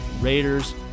Raiders